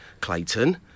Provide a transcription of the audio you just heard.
Clayton